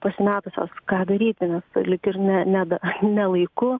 pasimetusios ką daryti nes lyg ir ne ne da ne laiku